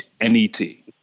N-E-T